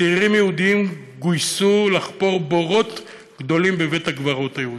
צעירים יהודים גויסו לחפור בורות גדולים בבית-הקברות היהודי.